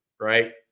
right